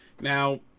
Now